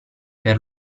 per